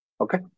Okay